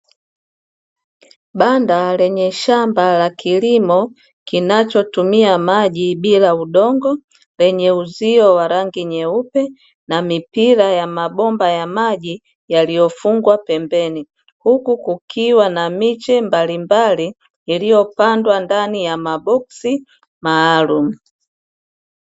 Banda lenye shamba la kilimo, kinachotumia maji bila udongo, lenye uzio wa rangi nyeupe na mipira ya mabomba ya maji yaliyofungwa pembeni, huku kukiwa na miche mbalimbali iliyopandwa ndani ya maboksi maalumu.